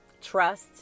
trust